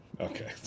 Okay